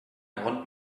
want